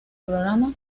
programa